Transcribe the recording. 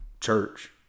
church